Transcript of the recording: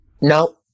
No